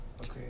Okay